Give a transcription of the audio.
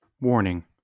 Warning